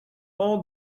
all